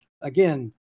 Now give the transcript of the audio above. Again